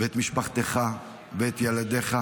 ואת משפחתך ואת ילדיך,